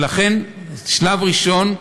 לכן בשלב בראשון,